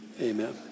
amen